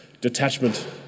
detachment